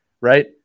right